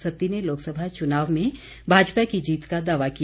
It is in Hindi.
सत्ती ने लोकसभा चुनाव में भाजपा की जीत का दावा किया